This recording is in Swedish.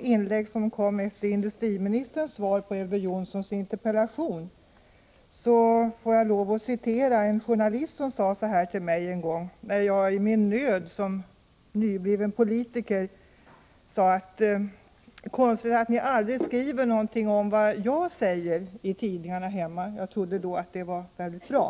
inläggen efter industriministerns svar på Elver Jonssons interpellation får jag lov att återge vad en journalist en gång svarade mig. Som nybliven politiker sade jag nämligen i min nöd: Konstigt att ni aldrig skriver någonting i tidningarna hemma om vad jag säger. Jag trodde ju att det var väldigt bra.